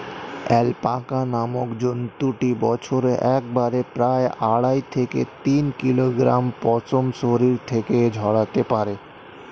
alpaca নামক জন্তুটি বছরে একবারে প্রায় আড়াই থেকে তিন কিলোগ্রাম পশম শরীর থেকে ঝরাতে পারে